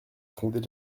fonder